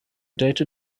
data